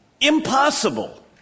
Impossible